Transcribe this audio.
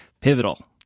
pivotal